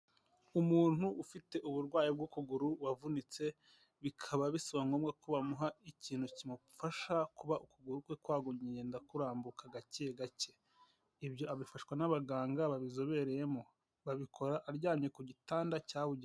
Umuntu ufite uburwayi bw'ukuguru wavunitse bikaba biba ngombwa ko bamuha ikintu kimufasha kuba ukuguru kwe kwagumye ndakurambuka gake gake, ibyo abifashwa n'abaganga babizobereyemo babikora aryamye ku gitanda cyabugeye.